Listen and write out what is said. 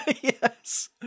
Yes